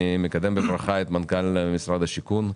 אני מקדם בברכה את מנכ"ל משרד הבינוי והשיכון,